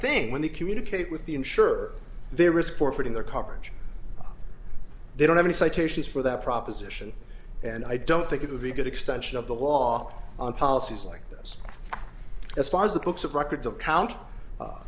thing when they communicate with the ensure their risk for putting their coverage they don't have any citations for that proposition and i don't think it would be a good extension of the law on policies like this as far as the books of records of count